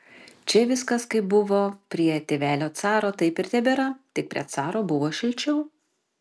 čia viskas kaip buvo prie tėvelio caro taip ir tebėra tik prie caro buvo šilčiau